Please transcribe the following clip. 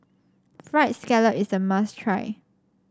fried scallop is a must try